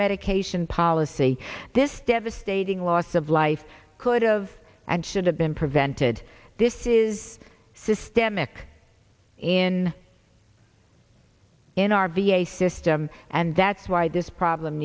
medication policy this devastating loss of life could of and should have been prevented this is systemic in in our v a system and that's why this problem